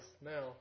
now